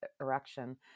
erection